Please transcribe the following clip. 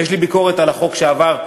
ויש לי ביקורת על החוק שעבר,